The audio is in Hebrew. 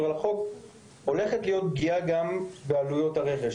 לחוק הולכת להיות פגיעה גם בעלויות הרכש.